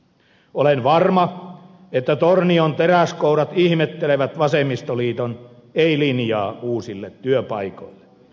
olen varma että tornion teräskourat ihmettelevät vasemmistoliiton ei linjaa uusille työpaikoille